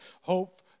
hope